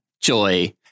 Joy